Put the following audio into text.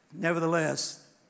nevertheless